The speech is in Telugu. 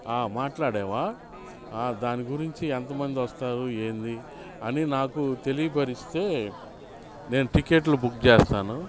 మాట్లాడావా దాని గురించి ఎంతమంది వస్తారు ఏంది అని నాకు తెలియపరిస్తే నేను టికెట్లు బుక్ చేస్తాను